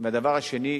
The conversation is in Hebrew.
והדבר השני,